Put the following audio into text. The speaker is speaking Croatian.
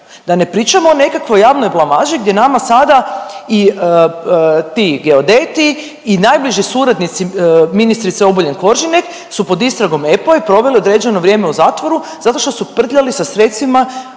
Da ne pričamo o nekakvoj javnoj blamaži gdje nama sada i ti geodeti i najbliži suradnici Obuljen Koržinek su pod istragom EPPO i proveli određeno vrijeme u zatvoru zato što su prtljali sa sredstvima